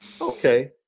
Okay